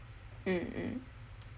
mm mm